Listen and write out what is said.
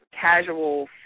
casual